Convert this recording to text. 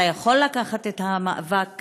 אתה יכול לקחת את המאבק